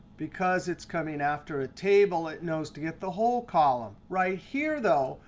because it's coming after a table, it knows to get the whole column. right here, though,